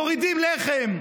מורידים לחם,